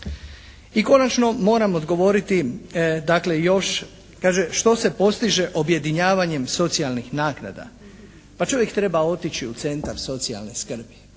I konačno moram odgovoriti dakle još, kaže što se postiže objedinjavanjem socijalnih naknada? Pa čovjek treba otići u Centar socijalne skrbi.